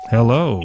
Hello